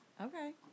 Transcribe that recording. Okay